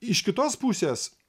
iš kitos pusės